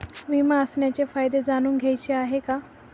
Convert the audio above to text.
विमा असण्याचे फायदे जाणून घ्यायचे आहे